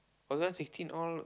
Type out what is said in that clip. two thousand sixteen all